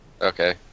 Okay